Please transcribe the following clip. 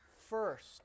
first